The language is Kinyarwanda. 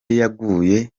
yaguye